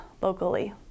locally